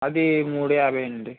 అది మూడు యాభై అండి